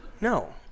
No